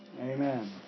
Amen